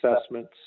assessments